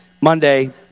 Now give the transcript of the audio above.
Monday